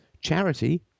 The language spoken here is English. Charity